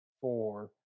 four